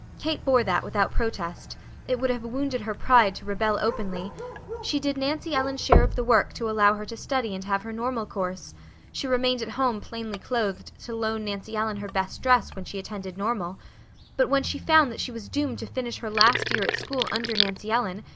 kate bore that without protest it would have wounded her pride to rebel openly she did nancy ellen's share of the work to allow her to study and have her normal course she remained at home plainly clothed to loan nancy ellen her best dress when she attended normal but when she found that she was doomed to finish her last year at school under nancy ellen,